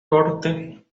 corte